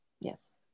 Yes